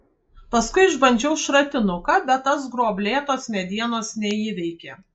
paskui išbandžiau šratinuką bet tas gruoblėtos medienos neįveikė